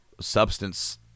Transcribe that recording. substance